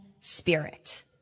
spirit